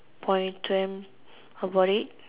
point to them about it